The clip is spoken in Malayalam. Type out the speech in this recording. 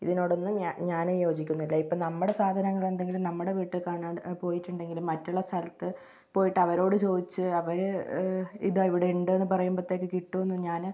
ഇതിനോടൊന്നും ഞാനും യോജിക്കുന്നില്ല ഇപ്പം നമ്മുടെ സാധനങ്ങൾ എന്തെങ്കിലും നമ്മുടെ വീട്ടിൽ കാണാതെ പോയിട്ടുണ്ടെങ്കിൽ മറ്റുള്ള സ്ഥലത്ത് പോയിട്ടവരോട് ചോദിച്ച് അവർ ഇതാ ഇവിടെ ഉണ്ടെന്ന് പറയുമ്പോഴത്തേക്കും കിട്ടുമെന്നു ഞാൻ